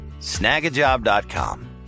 snagajob.com